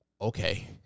Okay